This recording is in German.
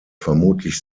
vermutlich